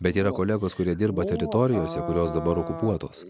bet yra kolegos kurie dirba teritorijose kurios dabar okupuotos